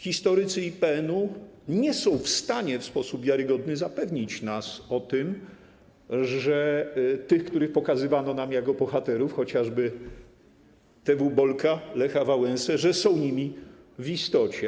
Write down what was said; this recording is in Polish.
Historycy IPN-u nie są w stanie w sposób wiarygodny zapewnić nas o tym, że ci, których pokazywano nam jako bohaterów, jak chociażby TW „Bolek”, Lech Wałęsa, są nimi w istocie.